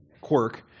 quirk